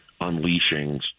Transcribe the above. unleashing